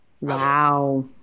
Wow